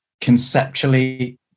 conceptually